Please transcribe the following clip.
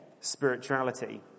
spirituality